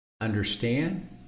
understand